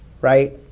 right